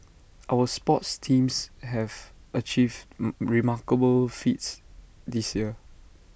our sports teams have achieved remarkable feats this year